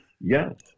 Yes